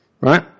right